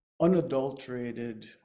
unadulterated